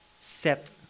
set